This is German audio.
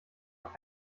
auch